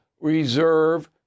reserve